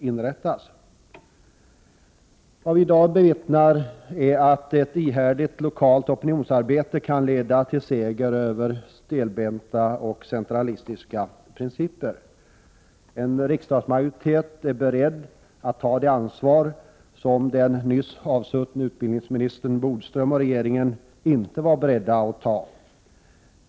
Vad vi i dag bevittnar är att ett ihärdigt lokalt opinionsarbete kan leda till seger över stelbenta och centralistiska principer. En riksdagsmajoritet är beredd att ta det ansvar som den nyss avgångne utbildningsministern Bodström och regeringen inte var beredda att ta.